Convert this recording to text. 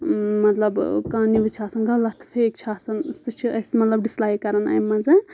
مطلب کانٛہہ نِوٕز چھِ آسان غلط فیک چھِ آسان سُہ چھِ أسۍ مطلب ڈِسلایِک کَران اَمہِ منٛز